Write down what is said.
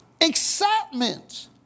excitement